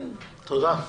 תודה.